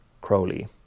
Crowley